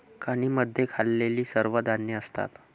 खाणींमध्ये खाल्लेली सर्व धान्ये असतात